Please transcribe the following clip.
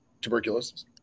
tuberculosis